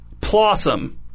Plossum